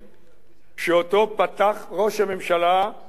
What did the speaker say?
שאותו פתח ראש הממשלה ואמר: